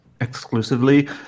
exclusively